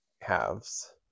halves